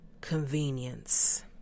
Convenience